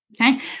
Okay